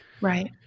Right